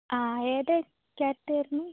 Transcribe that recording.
ആ ഏത് ക്യാറ്റായിരുന്നു